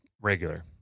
regular